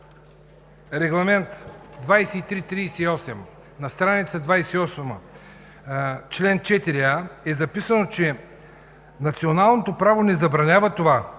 Регламент 2338, стр. 28, член 4а е записано, че националното право не забранява това